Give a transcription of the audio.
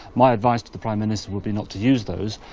my advice to the prime minister would be not to use those,